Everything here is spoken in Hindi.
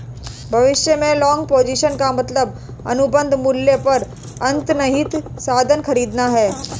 भविष्य में लॉन्ग पोजीशन का मतलब अनुबंध मूल्य पर अंतर्निहित साधन खरीदना है